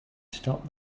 stop